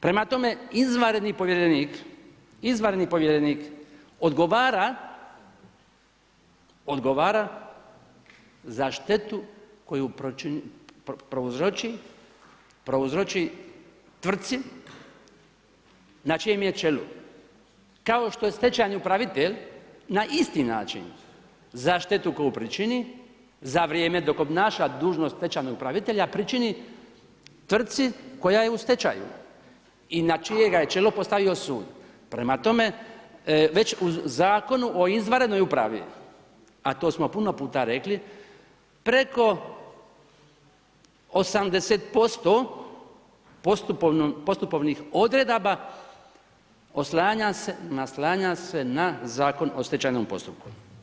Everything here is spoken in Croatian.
Prema tome izvanredni povjerenik, izvanredni povjerenik odgovara, odgovara za štetu koju prouzroči, prouzroči tvrtci na čijem je čelu, kao što je stečajni upravitelj na isti način za štetu koju počini za vrijeme dok obnaša dužnost stečajnog upravitelja pričini tvrtci koja je u stečaju i na čijega je čelo postavio sud, prema tome već u Zakonu o izvanrednoj upravi, a to smo puno puta rekli, preko 80% postupovnih odredaba oslanja se, naslanja se na Zakon o stečajnom postupku.